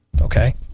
okay